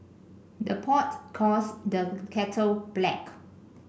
the pot calls the kettle black